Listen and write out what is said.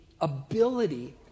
ability